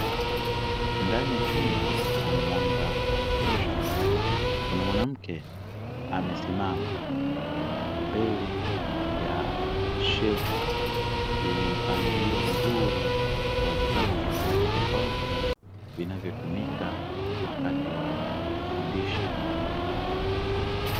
Ndani ya chumba chenye mwanga wa kutosha, kuna mwanamke amesimama mbele ya shelfu lenye mpangilio mzuri wa vitabu tofauti tofauti vinavyotumika wakati wa kufundisha.